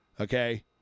okay